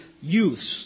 youths